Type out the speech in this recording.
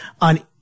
on